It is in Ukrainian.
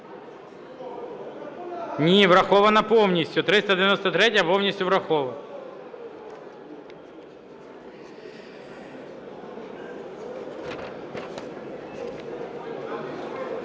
Ні, врахована повністю. 393-я повністю врахована.